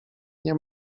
nie